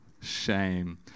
shame